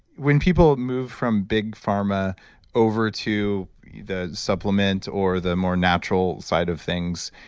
when people move from big pharma over to the supplement or the more natural side of things,